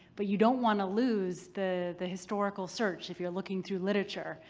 but you don't want to lose the the historical search if you're looking through literature.